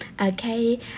Okay